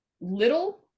little